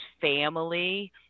family